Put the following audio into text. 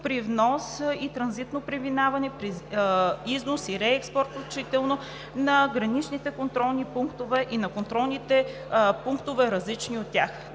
при внос и транзитно преминаване, при износ и реекспорт, включително на граничните контролни пунктове и на контролни пунктове, различни от тях.